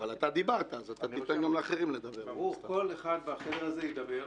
כל אחד בחדר הזה ידבר.